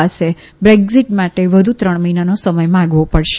પાસેથી બ્રેકઝીટ માટે વધુ ત્રણ મહિનાનો સમય માંગવો પડશે